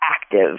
active